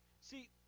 See